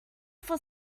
for